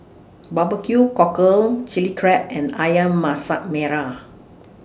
Barbecue Cockle Chili Crab and Ayam Masak Merah